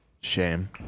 Shame